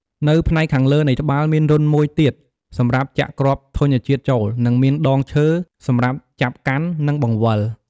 នៅផ្នែកខាងលើនៃត្បាល់ មានរន្ធមួយទៀតសម្រាប់ចាក់គ្រាប់ធញ្ញជាតិចូល និងមានដងឈើសម្រាប់ចាប់កាន់ និងបង្វិល។